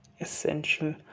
Essential